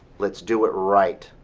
let's do it right.